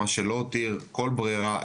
מה שלא הותיר כל ברירה,